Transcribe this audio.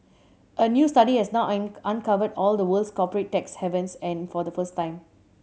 a new study has now uncovered all the world's corporate tax havens and for the first time